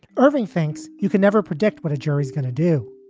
irving thinks you can never predict what a jury is gonna do.